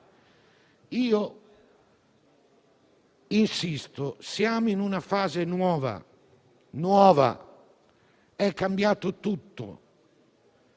Insisto: siamo in una fase nuova; è cambiato tutto.